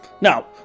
Now